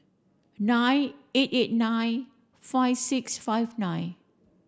nine eight eight nine five six five nine